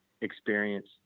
experience